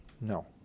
no